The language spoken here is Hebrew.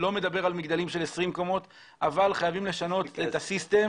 אני לא מדבר על מגדלים של עשרים קומות אבל חייבים לשנות את הסיסטם